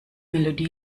melodie